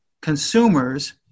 consumers